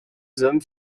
hommes